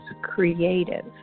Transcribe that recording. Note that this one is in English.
creative